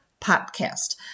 podcast